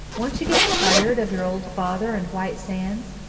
won't you get tired of your old father and white sands?